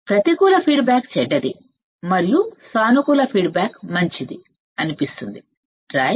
కాబట్టి ప్రతికూల ఫీడ్బ్యాక్ చెడ్డది మరియు సానుకూల ఫీడ్బ్యాక్ మంచిది అనిపిస్తుంది సరే